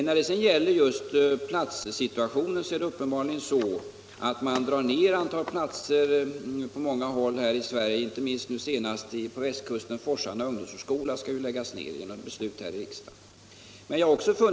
När det sedan gäller platssituationen är det uppenbarligen så att man på många håll här i Sverige skär ned antalet platser, t.ex. nu senast på västkusten där Forsane ungdomsvårdsskola enligt ett beslut här i riksdagen i år skall läggas ned.